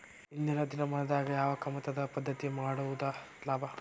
ಇಂದಿನ ದಿನಮಾನದಾಗ ಯಾವ ಕಮತದ ಪದ್ಧತಿ ಮಾಡುದ ಲಾಭ?